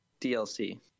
DLC